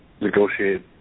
negotiate